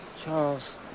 Charles